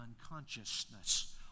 unconsciousness